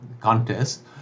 contest